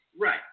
Right